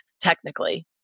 technically